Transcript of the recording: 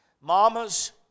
Mamas